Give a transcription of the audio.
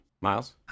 Miles